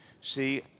See